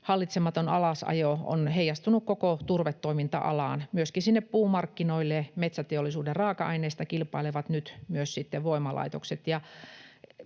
hallitsematon alasajo on heijastunut koko turvetoiminta-alaan, myöskin sinne puumarkkinoille, ja metsäteollisuuden raaka-aineista kilpailevat nyt sitten myös voimalaitokset.